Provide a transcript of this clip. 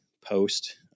post